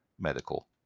medical